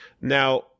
Now